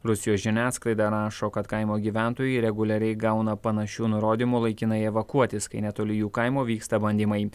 rusijos žiniasklaida rašo kad kaimo gyventojai reguliariai gauna panašių nurodymų laikinai evakuotis kai netoli jų kaimo vyksta bandymai